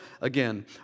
again